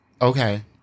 okay